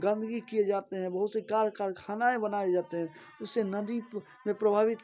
गंदगी किए जाते हैं बहुत सी कार कारख़ाने बनाए जाते हैं उससे नदी में